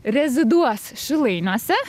reziduos šilainiuose